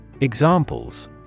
Examples